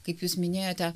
kaip jūs minėjote